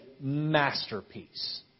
masterpiece